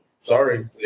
sorry